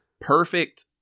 perfect